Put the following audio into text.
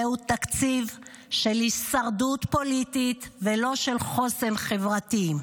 זהו תקציב של הישרדות פוליטית ולא של חוסן חברתי.